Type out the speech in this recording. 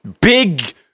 big